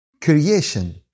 creation